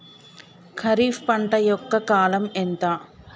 ఖరీఫ్ పంట యొక్క కాలం ఎంత?